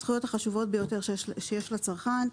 היא אחת הזכויות החשובות ביותר שיש לצרכן.